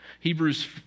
Hebrews